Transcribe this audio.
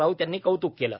राऊत यांनी कौतुक केले